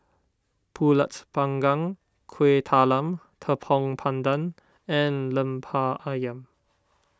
Pulut Panggang Kueh Talam Tepong Pandan and Lemper Ayam